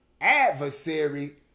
Adversary